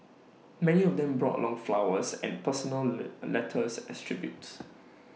many of them brought along flowers and personal le letters as tributes